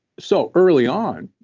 so early on,